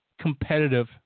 competitive